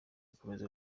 gukomeza